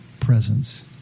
presence